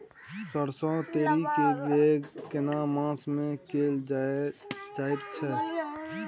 सरसो, तोरी के बौग केना मास में कैल जायत छै?